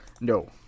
no